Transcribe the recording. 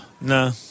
No